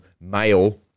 male